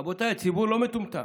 רבותיי, הציבור לא מטומטם.